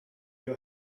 you